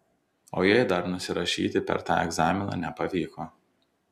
o jei dar nusirašyti per tą egzaminą nepavyko